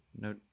no